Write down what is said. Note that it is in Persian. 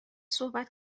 صحبت